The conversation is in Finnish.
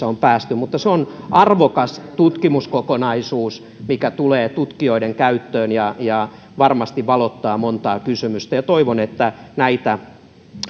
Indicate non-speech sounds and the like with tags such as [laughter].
[unintelligible] on päästy mutta se on arvokas tutkimuskokonaisuus mikä tulee tutkijoiden käyttöön ja ja varmasti valottaa montaa kysymystä toivon että näitä